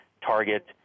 Target